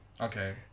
Okay